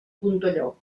puntelló